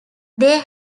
they